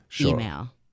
email